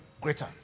greater